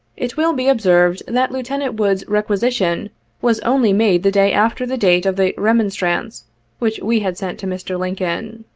it will be observed that lieutenant wood's requisition was only made the day after the date of the remon strance which we had sent to mr. lincoln.